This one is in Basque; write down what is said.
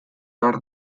behar